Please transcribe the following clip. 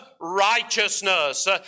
righteousness